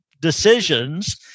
decisions